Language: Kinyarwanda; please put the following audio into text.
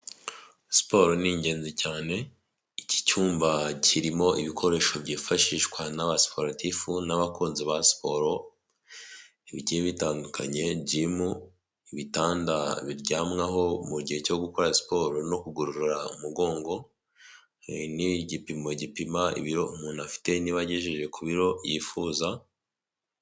Siporo ni ingenzi cyane, iki cyumba kirimo ibikoresho byifashishwa n'abasiporotifu n'abakunzi ba siporo, bigiye bitandukanye jimu, ibitanda biryamwaho mu gihe cyo gukora siporo no kugorora umugongo, n'igipimo gipima ibiro umuntu afite niba agejeje ku biro yifuza.